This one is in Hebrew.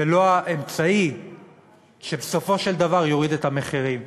ולא האמצעי שבסופו של דבר יוריד את המחירים.